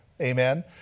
Amen